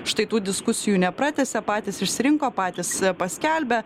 štai tų diskusijų nepratęsia patys išsirinko patys paskelbė